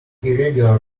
irregular